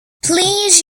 please